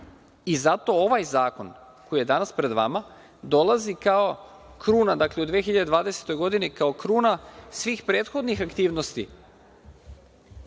Zato ovaj zakon, koji je danas pred vama, dolazi kao kruna, dakle u 2020. godini kao kruna svih prethodnih aktivnosti